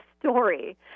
story